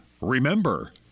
Remember